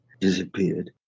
disappeared